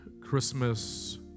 Christmas